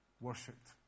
worshipped